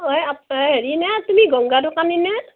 অই অ' হেৰি নে তুমি গংগা দোকানী নে